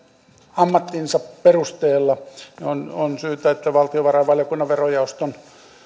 ammattinsa perusteella on on syytä että valtiovarainvaliokunnan verojaoston